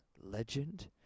legend